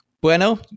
Bueno